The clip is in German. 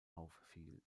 auffiel